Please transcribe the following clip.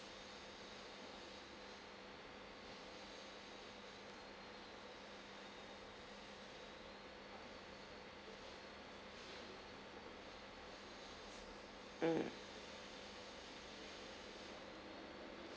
mm